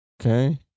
Okay